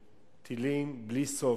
טילים בלי סוף.